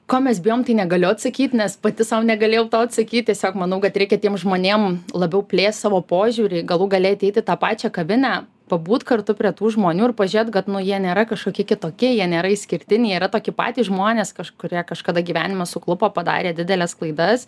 ko mes bijom tai negaliu atsakyt nes pati sau negalėjau to atsakyt tiesiog manau kad reikia tiem žmonėm labiau plėst savo požiūrį galų gale ateit į tą pačią kavinę pabūt kartu prie tų žmonių ir pažiūrėt kad nu jie nėra kažkokie kitokie jie nėra išskirtiniai tokie patys žmonės kažkurie kažkada gyvenime suklupo padarė dideles klaidas